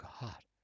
God